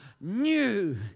new